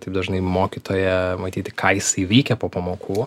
taip dažnai mokytoją matyti ką jisai vykia po pamokų